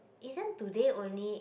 isn't today only